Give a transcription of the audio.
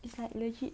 it's like legit